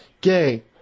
Gay